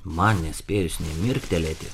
man nespėjus nė mirktelėti